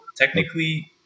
technically